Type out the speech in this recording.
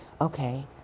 okay